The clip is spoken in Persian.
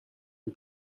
این